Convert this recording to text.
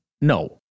No